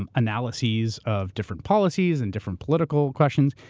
um analyses of different policies and different political questions.